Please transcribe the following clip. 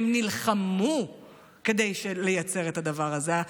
הם נלחמו לייצר את הדבר הזה.